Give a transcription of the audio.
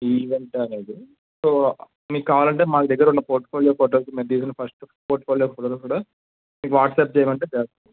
ఈ ఈవెంట్ అనేది సో మీకు కావాలంటే మాకు దగ్గర ఉన్న పోర్ట్ పోలియో ఫోటోస్ మేము తీసిన ఫస్ట్ పోర్ట్ఫోలియో ఫోటోలు కూడా మీకు వాట్సాప్ చేయమంటే చేస్తాను